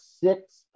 six